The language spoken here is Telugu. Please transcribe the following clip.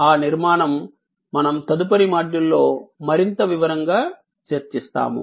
ఆ నిర్మాణం మేము తదుపరి మాడ్యూల్లో మరింత వివరంగా చర్చిస్తాము